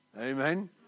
Amen